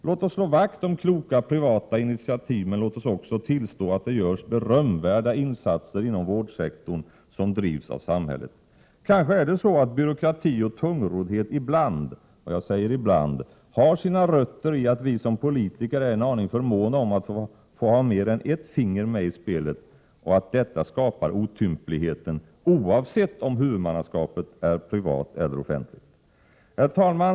Låt oss slå vakt om kloka privata initiativ, men låt oss också tillstå att det görs berömvärda insatser inom vårdsektorn som drivs av samhället. Kanske är det så att byråkrati och tungroddhet ibland, jag säger ibland, har sina rötter i att vi som politiker är en aning för måna om att få ha mer än ett finger med i spelet och att detta skapar otympligheten, oavsett om huvudmannaskapet är privat eller offentligt. Herr talman!